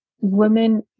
women